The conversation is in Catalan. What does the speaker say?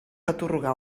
atorgar